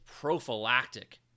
prophylactic